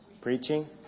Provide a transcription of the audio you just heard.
preaching